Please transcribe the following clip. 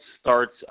starts